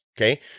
Okay